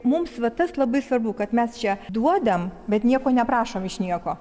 mums va tas labai svarbu kad mes čia duodam bet nieko neprašom iš nieko